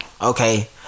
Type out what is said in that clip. okay